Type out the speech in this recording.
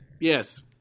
Yes